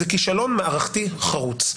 זה כישלון מערכתי חרוץ.